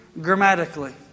grammatically